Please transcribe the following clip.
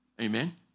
Amen